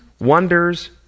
wonders